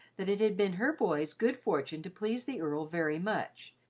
that it had been her boy's good fortune to please the earl very much,